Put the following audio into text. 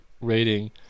rating